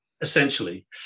essentially